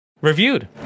reviewed